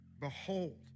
Behold